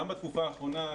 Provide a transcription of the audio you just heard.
גם בתקופה האחרונה,